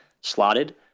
slotted